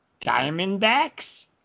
Diamondbacks